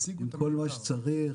עם כל מה שצריך.